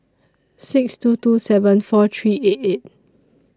six two two seven four three eight eight